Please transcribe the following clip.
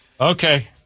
Okay